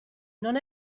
non